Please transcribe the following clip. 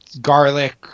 garlic